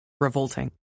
revolting